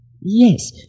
Yes